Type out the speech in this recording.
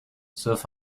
sauf